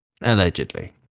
allegedly